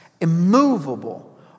immovable